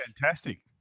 fantastic